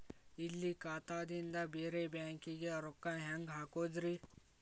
ಇಲ್ಲಿ ಖಾತಾದಿಂದ ಬೇರೆ ಬ್ಯಾಂಕಿಗೆ ರೊಕ್ಕ ಹೆಂಗ್ ಹಾಕೋದ್ರಿ?